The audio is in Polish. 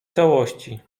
całości